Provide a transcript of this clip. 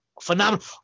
phenomenal